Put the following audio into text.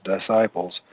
disciples